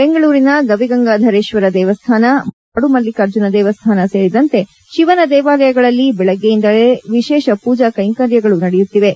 ಬೆಂಗಳೂರಿನ ಗವಿ ಗಂಗಾಧರೇಶ್ವರ ದೇವಸ್ಥಾನ ಮಲೇಶ್ವರದ ಕಾದು ಮಲ್ಲಿಕಾರ್ಜುನ ದೇವಸ್ಥಾನ ಸೇರಿದಂತೆ ಶಿವನ ದೇವಾಲಯಗಳಲ್ಲಿ ಬೆಳಗ್ಗೆಯಿಂದಲೇ ವಿಶೇಷ ಪೂಜಾ ಕಂಕೈರ್ಯಗಳು ನಡೆಯುತ್ತಿವೆ